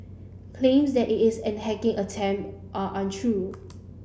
claims that it is a hacking attempt are untrue